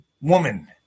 woman